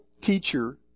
teacher